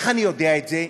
איך אני יודע את זה?